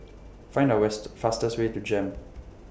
Find A West fastest Way to Jem